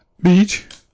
Beach